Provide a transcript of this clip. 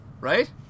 right